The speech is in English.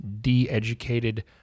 de-educated